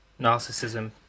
narcissism